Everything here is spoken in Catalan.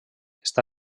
està